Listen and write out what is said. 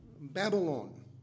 Babylon